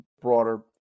broader